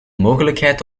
mogelijkheid